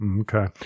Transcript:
Okay